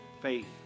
faith